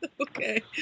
Okay